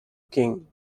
king